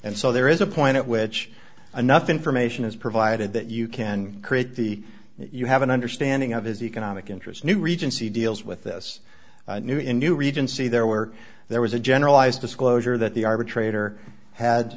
and so there is a point at which enough information is provided that you can create the you have an understanding of his economic interests new regency deals with this new in new regency there were there was a generalized disclosure that the arbitrator had